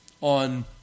on